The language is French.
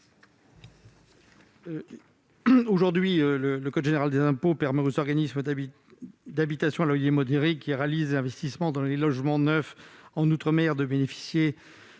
Aujourd'hui, le code général des impôts permet aux organismes d'habitations à loyer modéré qui réalisent des investissements dans les logements neufs en outre-mer de bénéficier